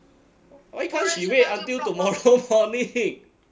why can't she wait until tomorrow morning